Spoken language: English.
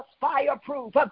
fireproof